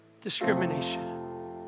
discrimination